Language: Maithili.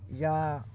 या